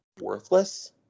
worthless